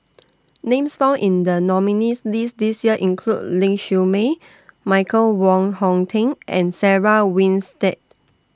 Names found in The nominees'list This Year include Ling Siew May Michael Wong Hong Teng and Sarah Winstedt